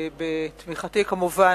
בתמיכתי כמובן,